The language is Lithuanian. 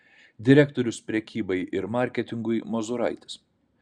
direktorius prekybai ir marketingui mozuraitis